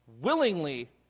willingly